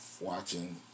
watching